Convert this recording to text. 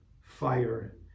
fire